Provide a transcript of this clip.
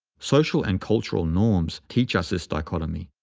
social and cultural norms teach us this dichotomy.